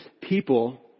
people